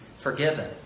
forgiven